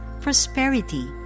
prosperity